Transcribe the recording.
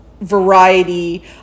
variety